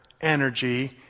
energy